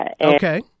Okay